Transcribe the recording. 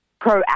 proactive